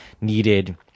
needed